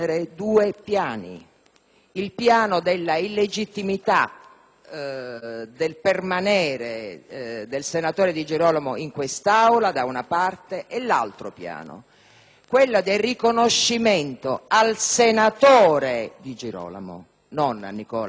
il piano della illegittimità del permanere il senatore Di Girolamo in Aula, da una parte, e l'altro piano, quello del riconoscimento al senatore Di Girolamo, non a Nicola Paolo Di Girolamo,